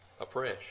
afresh